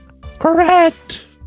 correct